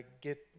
get